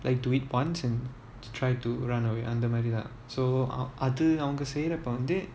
like do it once and try to run away அந்த மாதிரி தான்:antha maathiri thaan so அது அவங்க செய்றப்ப வந்து:athu avanga seirapa vanthu